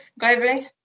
globally